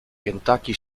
kentucky